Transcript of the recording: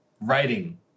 writing